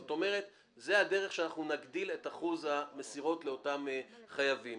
זו הדרך שבה אנחנו נגדיל את אחוז המסירות לאותם חייבים.